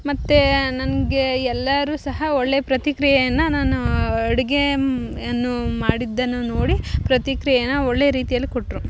ಮತ್ತು ನನಗೆ ಎಲ್ಲರು ಸಹ ಒಳ್ಳೆ ಪ್ರತಿಕ್ರಿಯೆಯನ್ನು ನಾನು ಅಡುಗೆ ಯನ್ನು ಮಾಡಿದ್ದನ್ನು ನೋಡಿ ಪ್ರತಿಕ್ರಿಯೆ ಒಳ್ಳೆ ರೀತಿಯಲ್ಲಿ ಕೊಟ್ಟರು